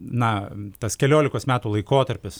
na tas keliolikos metų laikotarpis